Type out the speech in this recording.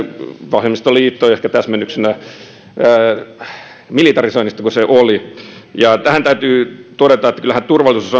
vasemmistoliitto ehkä täsmennyksenä ja ennen kaikkea syytti euta militarisoinnista niinkö se oli tähän täytyy todeta että kyllähän turvallisuus